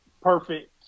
perfect